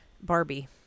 Barbie